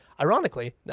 Ironically